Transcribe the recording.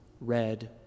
red